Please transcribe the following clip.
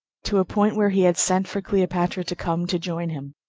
to a point where he had sent for cleopatra to come to join him.